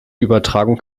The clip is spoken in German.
übertragung